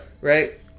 Right